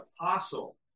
apostle